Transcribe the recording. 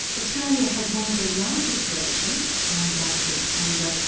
australia has one of the largest collections, named after its founder,